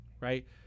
right